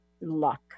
luck